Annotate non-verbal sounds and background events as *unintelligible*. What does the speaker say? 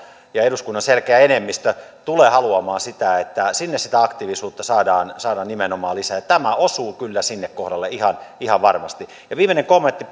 ja eduskunnan selkeä enemmistö tulee haluamaan sitä että sinne sitä aktiivisuutta saadaan saadaan nimenomaan lisää tämä osuu kyllä sinne kohdalle ihan ihan varmasti viimeinen kommentti *unintelligible*